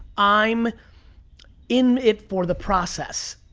i'm in it for the process.